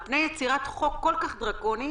על פני יצירת חוק כל כך דרקוני,